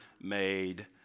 made